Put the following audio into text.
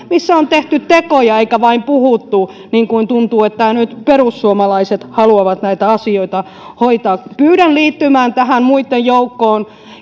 missä on tehty tekoja eikä vain puhuttu niin kuin tuntuu että nyt perussuomalaiset haluavat näitä asioita hoitaa pyydän liittymään tähän muitten joukkoon